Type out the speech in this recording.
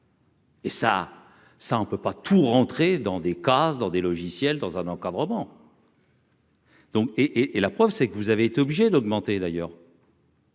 Et ça, ça on ne peut pas tout rentrer dans des cases dans des logiciels dans un encadrement. Donc et et et la preuve c'est que vous avez été obligé d'augmenter d'ailleurs.